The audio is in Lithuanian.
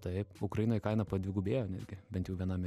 taip ukrainoj kaina padvigubėjo netgi bent jau viename